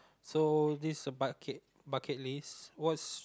so this a bucket bucket list what's